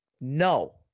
no